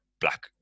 black